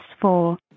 four